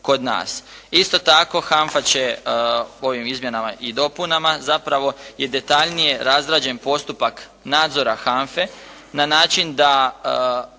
Isto tako, HANFA će po ovim izmjenama i dopunama zapravo i detaljnije razrađen postupak nadzora HANFA-e na način da